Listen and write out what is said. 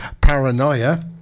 Paranoia